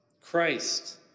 Christ